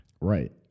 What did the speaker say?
Right